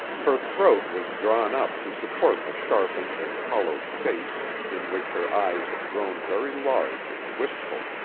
her throat was drawn up to support the sharpened and hollowed face in which her eyes had grown very large and wistful.